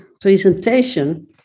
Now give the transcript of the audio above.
presentation